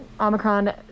Omicron